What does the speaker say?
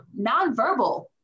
nonverbal